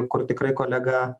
kur tikrai kolega